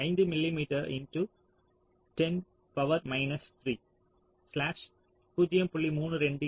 5 milli x 10 power minus 3 0